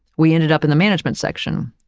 we ended up in the management section.